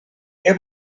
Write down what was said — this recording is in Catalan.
què